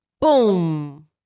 boom